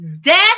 Death